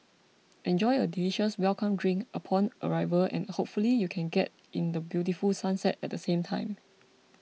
enjoy a delicious welcome drink upon arrival and hopefully you can get in the beautiful sunset at the same time